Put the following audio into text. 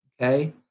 okay